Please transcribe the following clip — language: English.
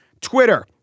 Twitter